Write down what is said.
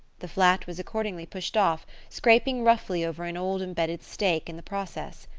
the flat was accordingly pushed off, scraping roughly over an old embedded stake in the process.